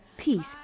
peace